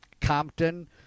compton